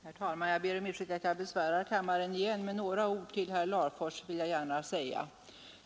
Herr talman! Jag ber om ursäkt för att jag besvärar kammaren igen, men några ord till herr Larfors vill jag gärna säga.